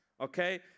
okay